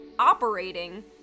operating